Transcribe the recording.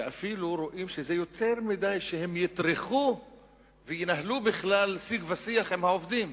שאפילו רואים שזה יותר מדי שהם יטרחו וינהלו בכלל שיג ושיח עם העובדים.